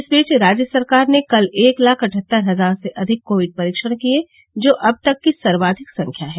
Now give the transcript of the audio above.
इस बीच राज्य सरकार ने कल एक लाख अठहत्तर हजार से अधिक कोविड परीक्षण किये हैं जो अब तक की सर्वाधिक संख्या है